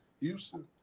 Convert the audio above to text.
Houston